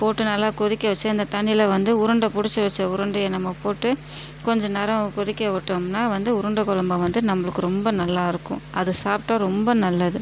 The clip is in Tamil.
போட்டு நல்லா கொதிக்க வச்சு அந்த தண்ணியில் வந்து உருண்டை புடிச்சு வச்ச உருண்டையை நம்ம போட்டு கொஞ்சம் நேரம் கொதிக்க விட்டோம்னா வந்து உருண்டை குழம்பை வந்து நம்மளுக்கு ரொம்ப நல்லா இருக்கும் அதை சாப்பிட்டா ரொம்ப நல்லது